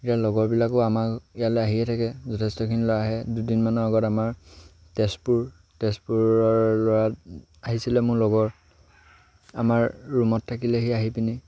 এতিয়া লগৰবিলাকো আমাক ইয়ালৈ আহিয়ে থাকে যথেষ্টখিনি ল'ৰা আহে দুদিনমানৰ আগত আমাৰ তেজপুৰ তেজপুৰৰ ল'ৰা আহিছিলে মোৰ লগৰ আমাৰ ৰুমত থাকিলেহি আহি পিনি